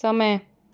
समय